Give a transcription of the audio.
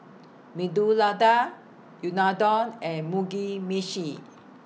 Medu Unadon and Mugi Meshi